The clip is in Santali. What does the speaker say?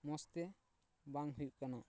ᱢᱚᱡᱽ ᱛᱮ ᱵᱟᱝ ᱦᱩᱭᱩᱜ ᱠᱟᱱᱟ